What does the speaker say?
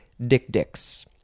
dick-dicks